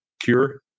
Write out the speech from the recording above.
cure